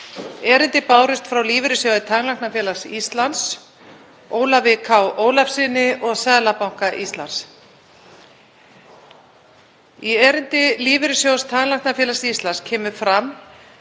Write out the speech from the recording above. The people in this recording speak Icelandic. Erindi bárust frá Lífeyrissjóði Tannlæknafélags Íslands, Ólafi K. Ólafssyni og Seðlabanka Íslands. Í erindi Lífeyrissjóðs Tannlæknafélags Íslands kemur fram